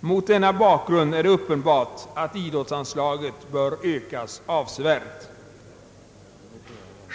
Mot denna bakgrund är det uppenbart att idrottsanslaget bör ökas avsevärt.